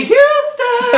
Houston